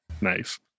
Nice